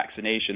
vaccinations